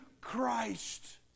Christ